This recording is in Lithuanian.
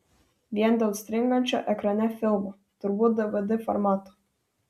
vien dėl stringančio ekrane filmo turbūt dvd formato